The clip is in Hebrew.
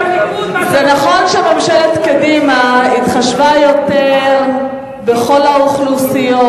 זה נכון שממשלת קדימה התחשבה יותר בכל האוכלוסיות,